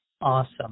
Awesome